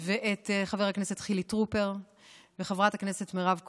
ואת חבר הכנסת חילי טרופר וחברת הכנסת מירב כהן,